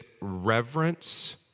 reverence